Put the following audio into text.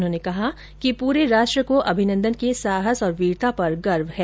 उन्होंने कहा कि पूरे राष्ट्र को अभिनन्दन के साहस और वीरता पर गर्व है